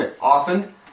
often